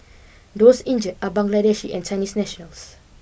those injured are Bangladeshi and Chinese nationals